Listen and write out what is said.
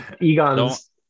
Egon's